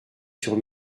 sur